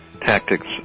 tactics